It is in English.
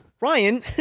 Ryan